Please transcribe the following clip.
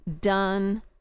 done